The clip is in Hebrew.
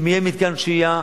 אם יהיה מתקן שהייה,